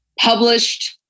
published